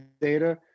data